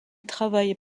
travaille